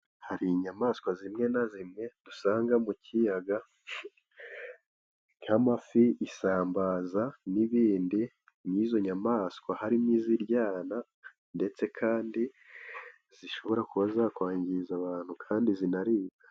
Hari inyamaswa zimwe na zimwe dusanga mu kiyaga nk'amafi, isambaza n'ibindi. Nk'izo nyamaswa harimo iziryana, ndetse kandi zishobora kuba zakwangiza abantu kandi zinaribwa.